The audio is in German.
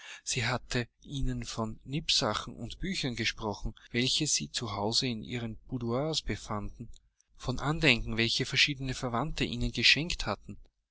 sie hatte ihnen von nippsachen und büchern gesprochen welche sich zu hause in ihren boudoirs befanden von andenken welche verschiedene verwandte ihnen geschenkt hatten